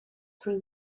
three